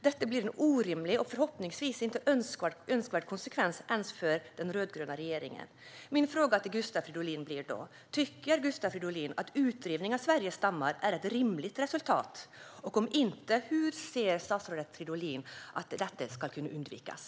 Detta blir en orimlig och förhoppningsvis inte önskvärd konsekvens ens för den rödgröna regeringen. Min fråga till Gustav Fridolin blir då: Tycker Gustav Fridolin att utrivning av Sveriges dammar är ett rimligt resultat, och om inte, hur menar statsrådet Fridolin att detta ska kunna undvikas?